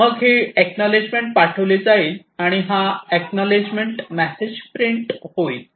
आणि मग ही एक्नॉलेजमेंट पाठविली जाईल आणि हा एक्नॉलेजमेंट मेसेज प्रिंट होईल